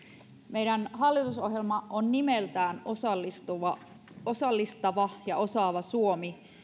meidän hallitusohjelma on nimeltään osallistava osallistava ja osaava suomi